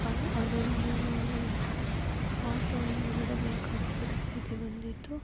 ಅದು ಆದ್ದರಿಂದ ನಾವು ಆಟೋಲಿ ಹೊರಡಬೇಕಾದ ಪರಿಸ್ಥಿತಿ ಬಂದಿತ್ತು